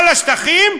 על השטחים,